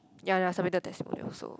ya submit the testimonial also